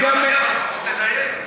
לפחות תדייק.